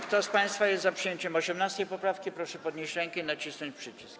Kto z państwa jest za przyjęciem 18. poprawki, proszę podnieść rękę i nacisnąć przycisk.